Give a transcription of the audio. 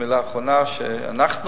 המלה האחרונה: אנחנו